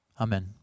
Amen